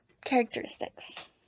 characteristics